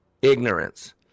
Ignorance